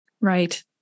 Right